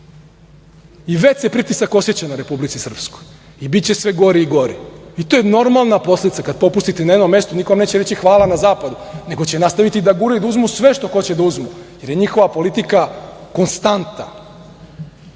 i već se pritisak oseća na Republici Srpskoj i biće sve gori i gori, i to je normalna posledica. Kada popustite na jednom mestu, niko vam neće reći hvala na zapadu, nego će nastaviti da guraju, da uzmu sve što hoće da uzmu, jer je njihova politika konstantna. Verujem